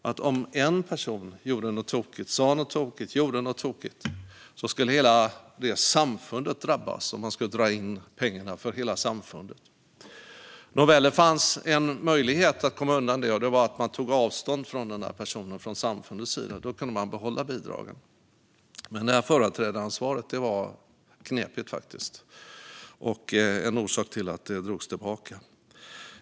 Det innebar att hela samfundet drabbades om en person sa eller gjorde något tokigt, och man drog in pengarna för hela samfundet. Det fanns en möjlighet att komma undan detta, och det var att samfundet tog avstånd från personen. Då kunde man behålla bidragen. Företrädaransvaret var faktiskt knepigt, vilket var en av orsakerna till att det drogs tillbaka.